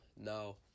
no